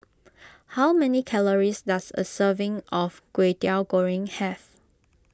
how many calories does a serving of Kwetiau Goreng have